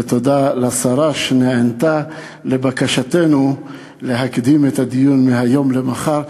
ותודה לשרה שנענתה לבקשתנו להקדים את הדיון מהיום למחר,